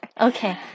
Okay